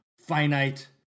finite